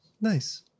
Nice